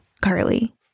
Carly